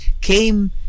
came